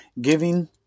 giving